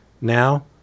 now